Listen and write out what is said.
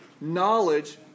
knowledge